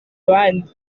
abandi